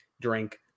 drink